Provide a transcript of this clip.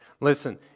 Listen